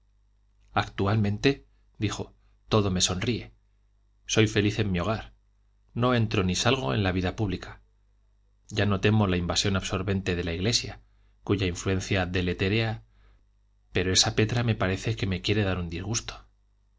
revelaciones actualmente dijo todo me sonríe soy feliz en mi hogar no entro ni salgo en la vida pública ya no temo la invasión absorbente de la iglesia cuya influencia deletérea pero esa petra me parece que me quiere dar un disgusto